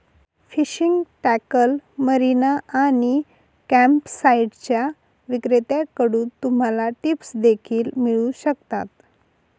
fishing tackle, marina आणि कॅम्पसाइट्सच्या विक्रेत्यांकडून तुम्हाला टिप्स देखील मिळू शकतात